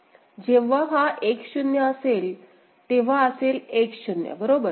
जेव्हा हा 1 0 असेल तेव्हा असेल 1 0 बरोबर